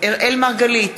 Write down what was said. אראל מרגלית,